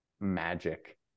magic